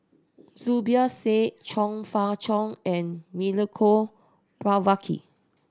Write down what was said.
Zubir Said Chong Fah Cheong and Milenko Prvacki